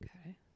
Okay